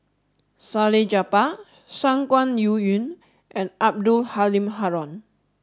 Salleh Japar Shangguan Liuyun and Abdul Halim Haron